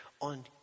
on